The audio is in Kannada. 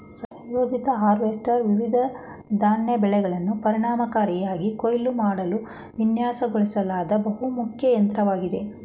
ಸಂಯೋಜಿತ ಹಾರ್ವೆಸ್ಟರ್ ವಿವಿಧ ಧಾನ್ಯ ಬೆಳೆಯನ್ನು ಪರಿಣಾಮಕಾರಿಯಾಗಿ ಕೊಯ್ಲು ಮಾಡಲು ವಿನ್ಯಾಸಗೊಳಿಸಲಾದ ಬಹುಮುಖ ಯಂತ್ರವಾಗಿದೆ